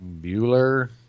Bueller